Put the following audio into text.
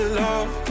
love